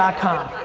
ah com.